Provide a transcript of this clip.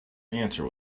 answer